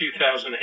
2008